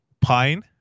Pine